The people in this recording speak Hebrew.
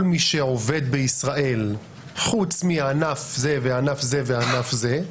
מי שעובד בישראל חוץ מענף זה וענף זה וענף זה,